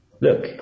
look